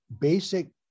basic